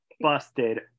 busted